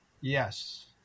Yes